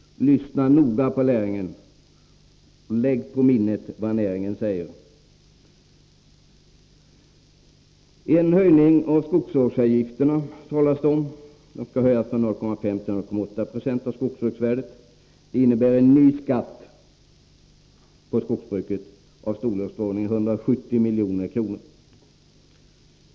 Lyssna noga på näringen, och lägg på minnet vad näringen säger! Det talas om en höjning av skogsvårdsavgifterna från 0,5 96 till 0,8 96 av skogsbruksvärdet. Det innebär en ny skatt på skogsbruket i storleksordningen 170 milj.kr.